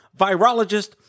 virologist